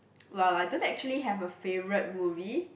well I don't actually have a favourite movie